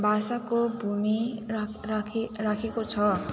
भाषाको भूमि राखे राखे राखेको छ